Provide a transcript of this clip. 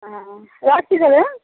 হ্যাঁ হ্যাঁ রাখছি তাহলে হ্যাঁ